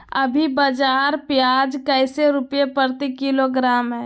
अभी बाजार प्याज कैसे रुपए प्रति किलोग्राम है?